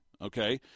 okay